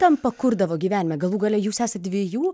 ten pakurdavo gyvenime galų gale jūs esat dviejų